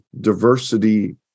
diversity